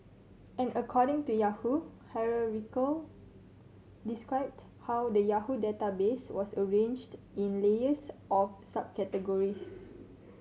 and according to Yahoo hierarchical described how the Yahoo database was arranged in layers of subcategories